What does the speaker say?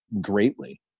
greatly